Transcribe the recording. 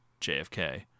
JFK